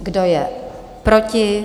Kdo je proti?